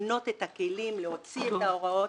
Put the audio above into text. לבנות את הכלים, להוציא את ההוראות,